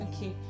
Okay